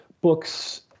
books